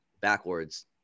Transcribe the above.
backwards